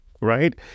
right